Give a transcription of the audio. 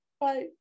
Bye